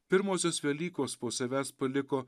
pirmosios velykos po savęs paliko